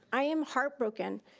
i am heartbroken,